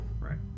Right